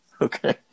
Okay